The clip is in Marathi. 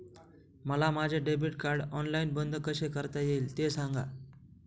मला माझे डेबिट कार्ड ऑनलाईन बंद कसे करता येईल, ते सांगा